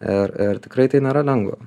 ir ir tikrai tai nėra lengva